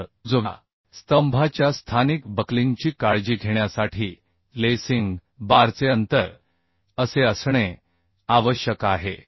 तर स्तंभाच्या स्थानिक बक्लिंगची काळजी घेण्यासाठी लेसिंग बारचे अंतर असे असणे आवश्यक आहे